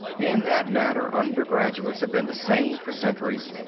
in that matter undergraduates have been the same for centuries.